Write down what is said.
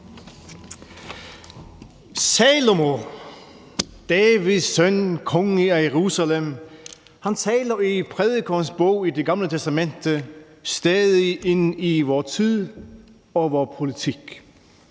Salomon, Davids søn, kongen af Jerusalem, taler i Prædikerens Bog i Det Gamle Testamente stadig ind i vor tid og vor politik.